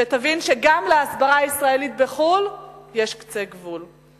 שתבין שגם להסברה הישראלית בחו"ל יש קצה גבול.